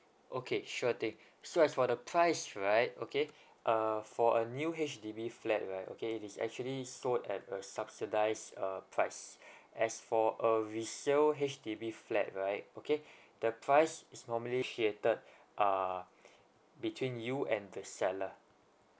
okay sure thing so as for the price right okay uh for a new H_D_B flat right okay it's actually sold at a subsidised uh price as for a resale H_D_B flat right okay the price is normally negotiated ah between you and the seller